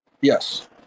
Yes